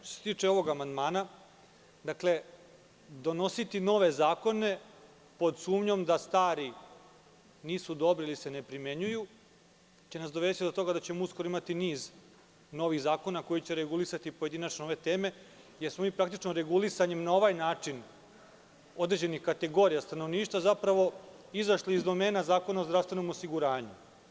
Što se tiče ovog amandmana, donositi nove zakone pod sumnjom da stari nisu dobri ili se ne primenjuju će nas dovesti do toga da ćemo imati niz novih zakona koji će regulisati pojedinačno ove teme, jer smo mi praktično regulisanjem, na ovaj način, određenih kategorija stanovništva izašli iz domena Zakona o zdravstvenom osiguranju.